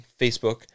facebook